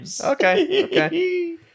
Okay